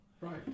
Right